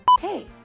Hey